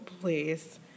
please